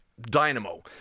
dynamo